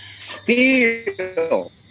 Steal